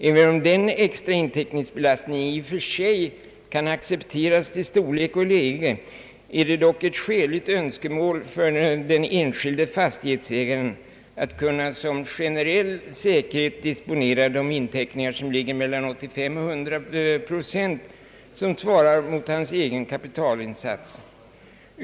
även om denna extra inteckningsbelastning i och för sig kan accepteras till storlek och läge, är det dock ett skäligt önskemål för den enskilde fastighetsägaren att kunna som generell säkerhet disponera de inteckningar mellan 85 och 100 procent som svarar mot hans egen kapitalinsats.